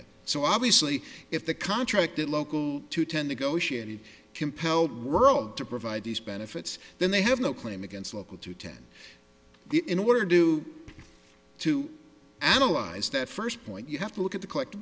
it so obviously if the contracted local to ten negotiated compelled world to provide these benefits then they have no claim against local to ten get in or do to analyze that first point you have to look at the collective